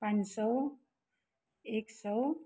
पाँच सय एक सय